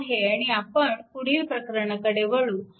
आणि आपण पुढील प्रकरणाकडे वळू